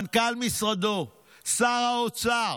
מנכ"ל משרד שר האוצר,